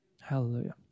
Hallelujah